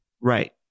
Right